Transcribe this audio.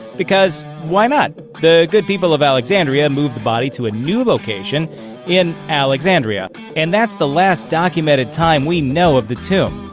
because. why not. the good people of alexandria moved the body to a new location in. alexandria and that's the last documented time we know of the tomb,